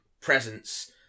presence